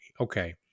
okay